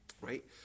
Right